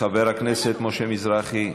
חבר הכנסת משה מזרחי,